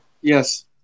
Yes